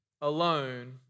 alone